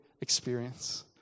experience